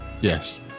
Yes